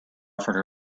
offered